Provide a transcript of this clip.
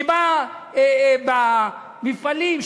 מפעלים,